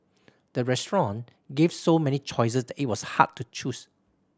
the restaurant gave so many choices that it was hard to choose